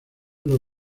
los